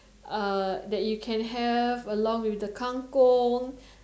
uh that you can have along with the kang-kong